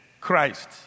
Christ